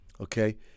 okay